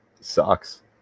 sucks